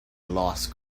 lost